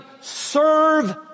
serve